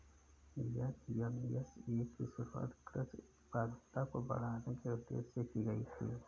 NMSA की शुरुआत कृषि उत्पादकता को बढ़ाने के उदेश्य से की गई थी